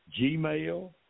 Gmail